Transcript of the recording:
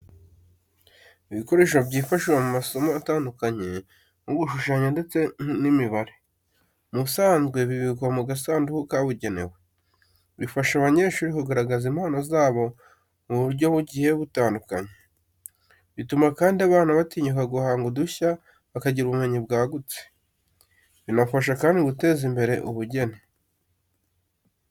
Ibikoresho byifashishwa mu masomo atandukanye nko gushushanya ndetse n'imibare. Mu busanzwe bibikwa mu gasanduku kabugenewe. Bifasha abanyeshuri kugaragaza impano zabo mu buryo bugiye butandukanye, bituma kandi abana batinyuka guhanga udushya, bakagira ubumenyi bwagutse. Binabafasha kandi guteza imbere ubugeni.